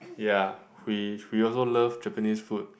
ya we we also love Japanese food